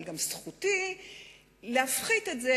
אבל זכותי גם להפחית את זה.